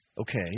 Okay